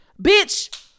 bitch